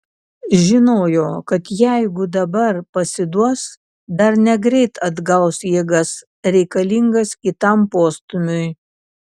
žinojo kad jeigu dabar pasiduos dar negreit atgaus jėgas reikalingas kitam postūmiui